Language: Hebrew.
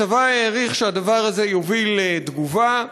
הצבא העריך שהדבר הזה יוביל לתגובה.